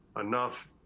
enough